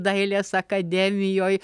dailės akademijoj